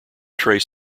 trace